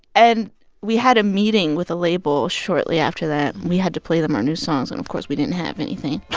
and we had a meeting with a label shortly after that. we had to play them our new songs. and of course, we didn't have anything